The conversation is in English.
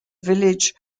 village